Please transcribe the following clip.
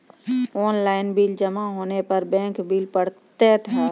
Online bill जमा होने पर बैंक बिल पड़तैत हैं?